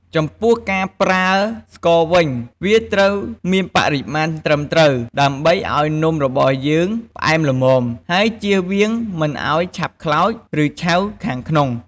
ចំពោះការប្រើស្ករវិញ វាត្រូវមានបរិមាណត្រឹមត្រូវ ដើម្បីឱ្យនំរបស់យើងផ្អែមល្មម ហើយចៀសវាងមិនឱ្យឆាប់ខ្លោច ឬឆៅខាងក្នុង។